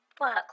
work